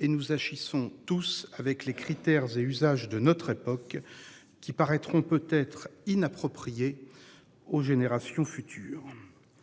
et nous agissons tous avec les critères et usage de notre époque. Qui paraîtront peut être inapproprié. Aux générations futures.